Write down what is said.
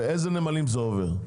לאיזה נמלים זה עובר?